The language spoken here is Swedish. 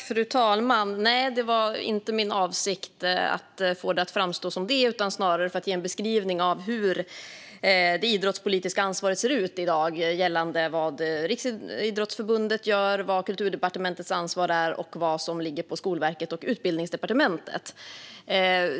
Fru talman! Nej, det var inte min avsikt att få det att framstå på det sättet, utan det var snarare för att ge en beskrivning av hur det idrottspolitiska ansvaret ser ut i dag gällande vad Riksidrottsförbundet gör, vad Kulturdepartementets ansvar är och vad som ligger på Skolverket och Utbildningsdepartementet.